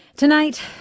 Tonight